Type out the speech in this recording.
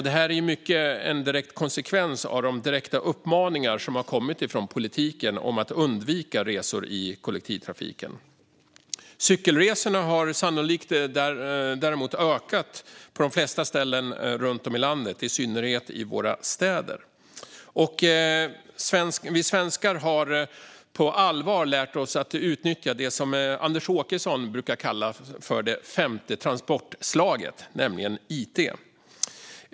Det här är i mycket en direkt konsekvens av de direkta uppmaningar som kommit från politiken om att undvika resor i kollektivtrafiken. Cykelresorna har sannolikt däremot ökat på de flesta ställen runt om i landet, i synnerhet i våra städer. Vi svenskar har på allvar lärt oss att utnyttja det som Anders Åkesson brukar kalla för det femte transportslaget, nämligen it.